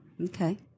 Okay